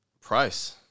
price